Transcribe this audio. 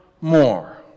more